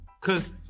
Cause